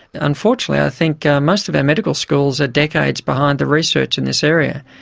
unfortunately i think most of our medical schools are decades behind the research in this area.